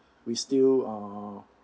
we still are